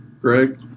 Greg